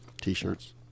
T-shirts